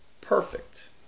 perfect